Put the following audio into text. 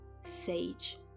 sage